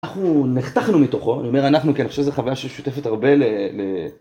אנחנו נחתכנו מתוכו, אני אומר "אנחנו" כי אני חושב שזו חוויה שמשותפת הרבה ל...